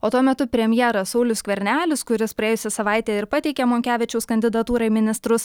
o tuo metu premjeras saulius skvernelis kuris praėjusią savaitę ir pateikė monkevičiaus kandidatūrą į ministrus